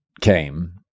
came